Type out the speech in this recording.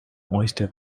oyster